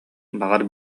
баҕар